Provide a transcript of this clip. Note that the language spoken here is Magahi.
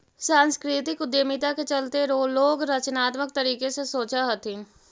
सांस्कृतिक उद्यमिता के चलते लोग रचनात्मक तरीके से सोचअ हथीन